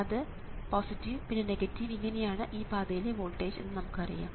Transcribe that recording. അത് പിന്നെ ഇങ്ങനെയാണ് ഈ പാതയിലെ വോൾട്ടേജ് എന്ന് നമുക്കറിയാം